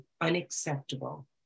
unacceptable